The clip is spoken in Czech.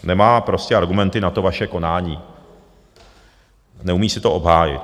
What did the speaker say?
Nemá prostě argumenty na to vaše konání, neumí si to obhájit.